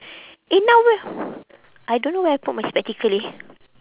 eh now where I don't know where I put my spectacle